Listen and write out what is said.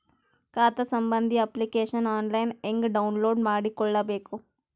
ಖಾತಾ ಸಂಬಂಧಿ application online ಹೆಂಗ್ ಡೌನ್ಲೋಡ್ ಮಾಡಿಕೊಳ್ಳಬೇಕು?